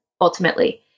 ultimately